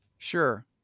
Sure